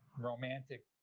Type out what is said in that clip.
romantic